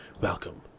Welcome